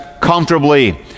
comfortably